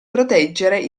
proteggere